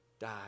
die